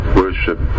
worship